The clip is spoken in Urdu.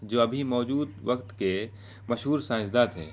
جو ابھی موجود وقت کے مشہور سائنسداں تھے